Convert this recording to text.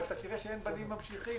ויראה שאין בנים ממשיכים,